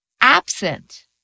absent